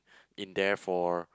in there for